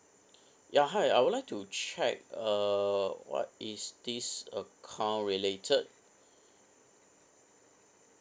ya hi I would like to check uh what is this account related